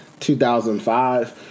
2005